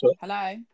Hello